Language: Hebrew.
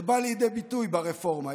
זה בא לידי ביטוי ברפורמה.